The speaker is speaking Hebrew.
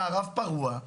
מערב פרוע,